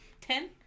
Ten